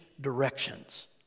directions